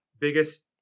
biggest